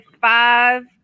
five